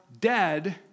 dead